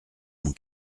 mon